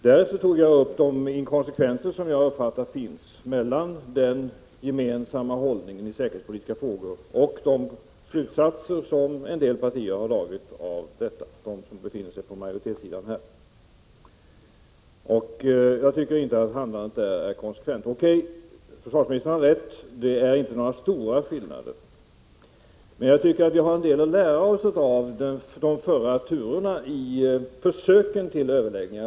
Därför tog jag upp de inkonsekvenser som jag har uppfattat finns mellan den gemensamma hållningen i säkerhetspolitiska frågor och de slutsatser som en del partier — som befinner sig på majoritetssidan — har dragit av detta. Jag tycker inte att handlandet är konsekvent. O.K. —försvarsministern har rätt: det är inte några stora skillnader. Men jag tycker att vi har en del att lära oss av de tidigare turerna i försöken till överläggningar.